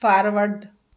forward